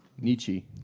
Nietzsche